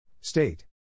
State